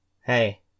Hey